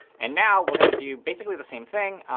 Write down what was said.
and now we're going to do basically the same thing,